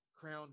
Crown